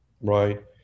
right